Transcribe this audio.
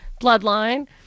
bloodline